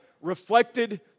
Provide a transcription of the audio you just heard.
reflected